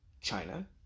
China